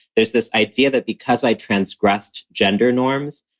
there's this idea that because i transgressed gender norms,